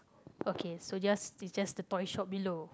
okay so just they just the toy shop below